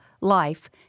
life